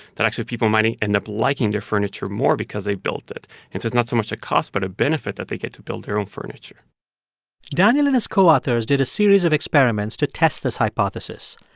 that actually people might end up liking their furniture more because they built it. and so it's not so much a cost but a benefit that they get to build their own furniture daniel and his co-authors did a series of experiments to test this hypothesis.